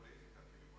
שאלה".